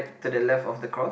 to the left of the cross